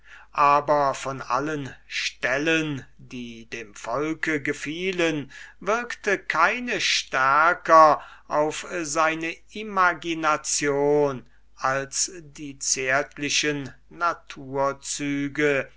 aber von allen stellen die dem volke gefielen wirkten keine stärker auf seine imagination als die zärtlichen